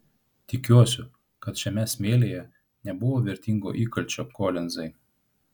tikiuosi kad šiame smėlyje nebuvo vertingo įkalčio kolinzai